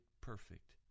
perfect